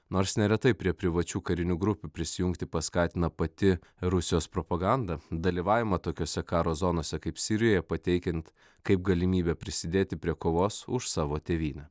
nors neretai prie privačių karinių grupių prisijungti paskatina pati rusijos propaganda dalyvavimą tokiose karo zonose kaip sirijoje pateikiant kaip galimybę prisidėti prie kovos už savo tėvynę